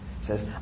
says